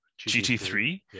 GT3